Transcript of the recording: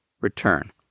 return